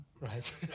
Right